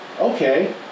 okay